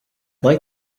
like